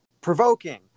provoking